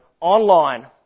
online